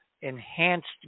enhanced